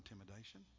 intimidation